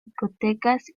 discotecas